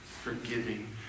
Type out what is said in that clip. forgiving